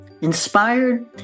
inspired